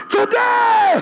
Today